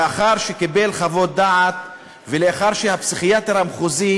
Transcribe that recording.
לאחר שקיבל חוות דעת ולאחר שהפסיכיאטר המחוזי